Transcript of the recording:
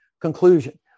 conclusion